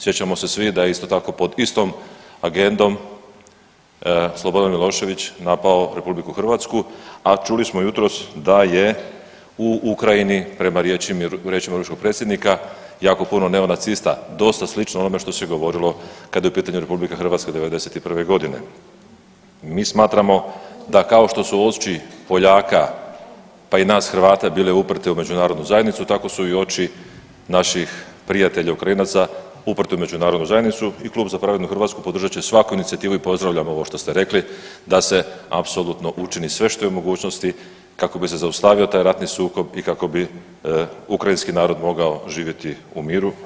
Sjećamo se svi da isto tako pod istom agendom Slobodan Milošević napao RH, a čuli smo jutros da je u Ukrajini prema riječima ruskog predsjednika jako puno neonacista dosta slično onome što se i govorilo kad je u pitanju RH '91.g. Mi smatramo da kao što su oči Poljaka pa i nas Hrvata bile uprte u međunarodnu zajednicu, tako su i oči naših prijatelja Ukrajinaca uprte u međunarodnu zajednicu i Klub za pravednu Hrvatsku podržat će svaku inicijativu i pozdravljamo ovo što ste rekli da se apsolutno učini sve što je u mogućnosti kako bi se zaustavio taj ratni sukob i kako bi ukrajinski narod mogao živjeti u miru.